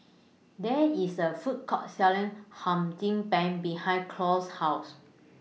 There IS A Food Court Selling Hum Chim Peng behind Cloyd's House